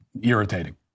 irritating